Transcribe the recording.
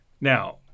now